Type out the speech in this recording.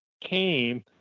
came